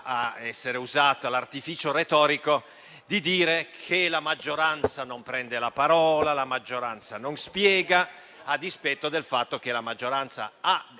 a essere usato l'artificio retorico di dire che la maggioranza non prende la parola, che la maggioranza non spiega, a dispetto del fatto che la maggioranza abbia